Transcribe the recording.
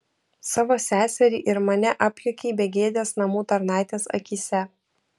savo seserį ir mane apjuokei begėdės namų tarnaitės akyse